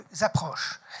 approches